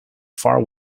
far